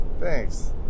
Thanks